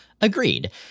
Agreed